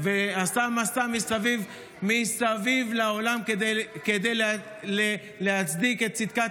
ועשה מסע מסביב לעולם כדי להצדיק את צדקת